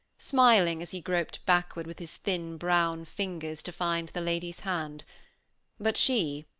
smiling, as he groped backward with his thin brown fingers to find the lady's hand but she,